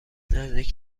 نزدیک